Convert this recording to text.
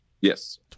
yes